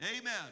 Amen